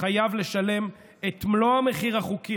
חייב לשלם את מלוא המחיר החוקי,